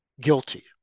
guilty